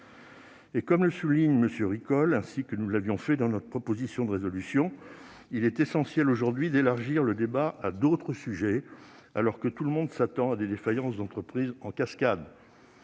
Comme le souligne M. Ricol, et ainsi que nous l'avions fait dans notre proposition de résolution, il est essentiel aujourd'hui d'élargir le débat à d'autres sujets, alors que tout le monde s'attend à des défaillances d'entreprise en cascade.